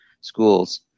schools